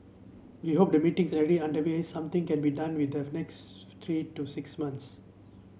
we hope the meetings already underway something can be done with the next three to six months